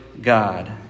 God